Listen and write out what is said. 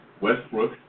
Westbrook